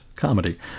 Comedy